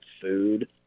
food